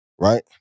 Right